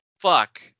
Fuck